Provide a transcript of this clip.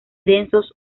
densos